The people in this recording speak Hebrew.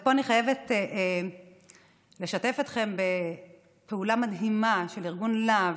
ופה אני חייבת לשתף אתכם בפעולה מדהימה של ארגון לה"ב,